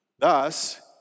Thus